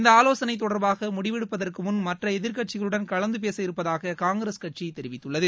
இந்த ஆலோசனை தொடர்பாக முடிவெடுப்பதற்குமுன் மற்ற எதிர்கட்சிகளுடன் கலந்து பேச இருப்பதாக காங்கிரஸ் கட்சி தெரிவித்துள்ளது